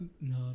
No